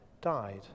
died